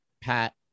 Pat